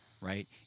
right